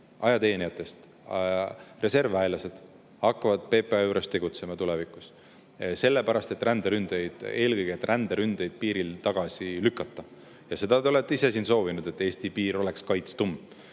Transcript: ajateenijad, reservväelased hakkavad PPA juures tegutsema tulevikus sellepärast, et ränderündeid – eelkõige ränderündeid – piiril tagasi lükata. Ja seda te olete ise siin soovinud, et Eesti piir oleks kaitstum.